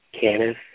Kenneth